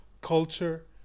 culture